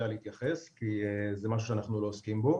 להתייחס כי זה משהו שאנחנו לא עוסקים בו,